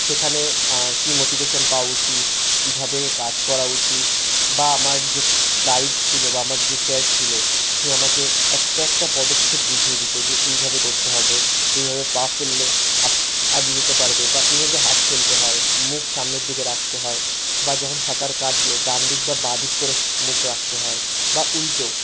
সেখানে কি মোটিভেশান পাওয়া উচিত কীভাবে কাজ করা উচিত বা আমার যে গাইড ছিলো বা আমার যে স্যার ছিলো সে আমাকে একটা একটা পদক্ষেপ বুঝিয়ে দিতো যে এইভাবে করতে হবে এইভাবে পা ফেললে আপ আগে যেতে পারবে বা এইভাবে হাত ফেলতে হয় মুখ সামনের দিকে রাখতে হয় বা যখন সাঁতার কাটবে ডানদিক বা বাদ দিক করে মুখ রাখতে হয় বা উল্টো